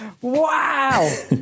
Wow